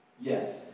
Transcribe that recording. Yes